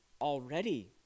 already